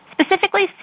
specifically